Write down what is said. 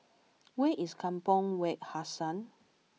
where is Kampong Wak Hassan